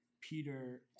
Peter